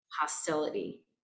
hostility